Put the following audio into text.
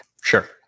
Sure